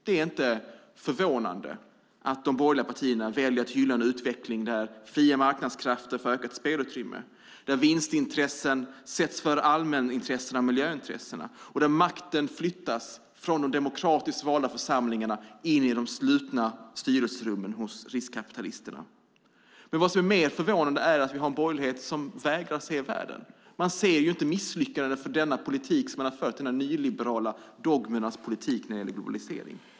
Det är inte förvånande att de borgerliga partierna väljer att hylla en utveckling där fria marknadskrafter får ökat spelutrymme, där vinstintressena sätts före allmänintressena och miljöintressena och där makten flyttas från de demokratiskt valda församlingarna in i de slutna styrelserummen hos riskkapitalisterna. Mer förvånande är att vi har en borgerlighet som vägrar att se världen. Man ser inte misslyckandet för den politik man fört, de nyliberala dogmernas politik, när det gäller globaliseringen.